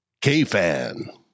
KFAN